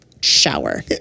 shower